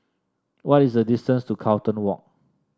what is the distance to Carlton Walk